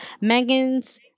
Megan's